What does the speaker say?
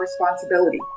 responsibility